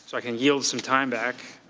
so i can yield some time back.